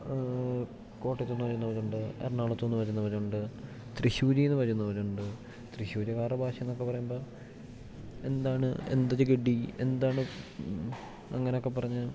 കോട്ടയത്ത് നിന്ന് വരുന്നവരുണ്ട് എറണാകുളത്ത് നിന്ന് വരുന്നവരുണ്ട് തൃശൂരിൽ നിന്ന് വരുന്നവരുണ്ട് തൃശൂരുകാരുടെ ഭാഷന്നൊക്കെ പറയുമ്പോൾ എന്താണ് എന്ത് ജ് ഗെഡി എന്താണ് അങ്ങനൊക്കെ പറഞ്ഞ്